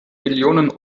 millionen